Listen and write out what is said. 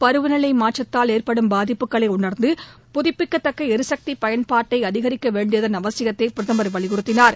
பருவநிலை மாற்றத்தால் ஏற்படும் பாதிப்புகளை உணர்ந்து புதுப்பிக்கத்தக்க எரிசக்தி பயன்பாட்டை அதிகரிக்க வேண்டியதின் அவசியத்தை பிரதமர் வலியுறுத்தினார்